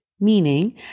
meaning